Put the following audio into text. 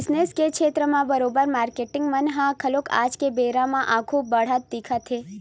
business के छेत्र म बरोबर मारकेटिंग मन ह घलो आज के बेरा म आघु बड़हत दिखत हे